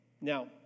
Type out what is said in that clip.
Now